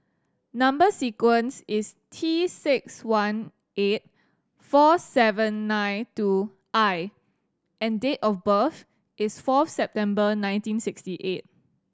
number sequence is T six one eight four seven nine two I and date of birth is four September nineteen sixty eight